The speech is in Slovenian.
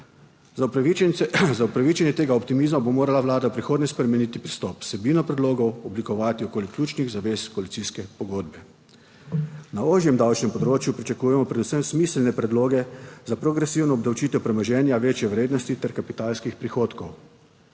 Za upravičenje tega optimizma bo morala Vlada v prihodnje spremeniti pristop, vsebino predlogov oblikovati okoli ključnih zavez koalicijske pogodbe. Na ožjem davčnem področju pričakujemo predvsem smiselne predloge za progresivno obdavčitev premoženja večje vrednosti ter kapitalskih prihodkov.